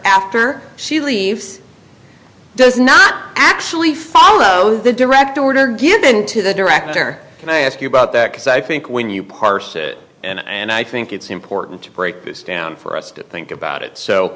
after she leaves does not actually follow the direct order given to the director and i ask you about that because i think when you parse it and i think it's important to break this down for us to think about it so